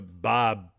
Bob